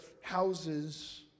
houses